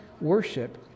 worship